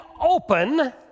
open